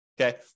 okay